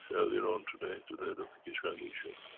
earlier on today, to the head of the keshe foundation,